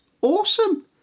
Awesome